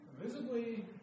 visibly